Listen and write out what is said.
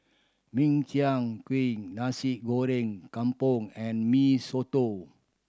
Min Chiang Kueh Nasi Goreng Kampung and Mee Soto